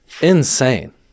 Insane